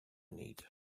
need